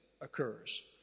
occurs